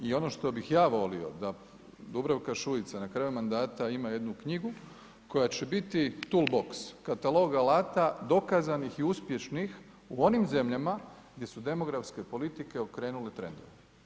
I ono što bih ja volio da Dubravka Šuica na kraju mandata ima jednu knjigu koja će biti tool book, katalog alata dokazanih i uspješnih u onim zemljama gdje su demografske politike okrenule trendove.